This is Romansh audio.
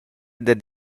dad